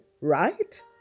right